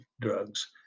drugs